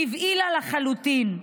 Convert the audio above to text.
טבעי לה לחלוטין.